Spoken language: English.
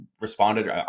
responded